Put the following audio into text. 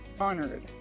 honored